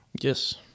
Yes